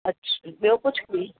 अछा ॿियो कुझु बि